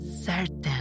certain